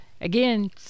again